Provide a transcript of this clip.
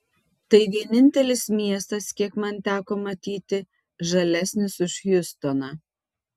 tai vienintelis miestas kiek man teko matyti žalesnis už hjustoną